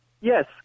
Yes